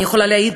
אני יכולה להעיד,